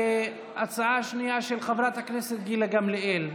ההצעה השנייה של חברת הכנסת גילה גמליאל.